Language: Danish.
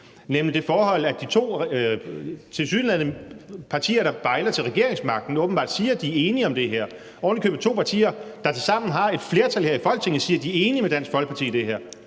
nemlig det forhold, at de to partier, der bejler til regeringsmagten – det er ovenikøbet to partier, der tilsammen har et flertal her i Folketinget – åbenbart siger, at de er enige med Dansk Folkeparti i det her,